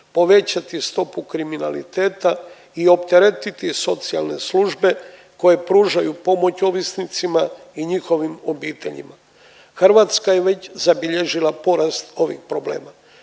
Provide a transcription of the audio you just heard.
povećati stopu kriminaliteta i opteretiti socijalne službe koje pružaju pomoć ovisnicima i njihovim obiteljima. Hrvatska je već zabilježila porast ovih problema